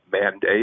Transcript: mandate